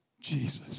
Jesus